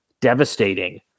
devastating